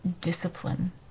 discipline